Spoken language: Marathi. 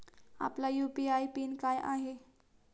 आपला यू.पी.आय पिन काय आहे?